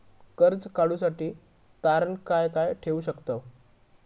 कर्ज काढूसाठी तारण काय काय ठेवू शकतव?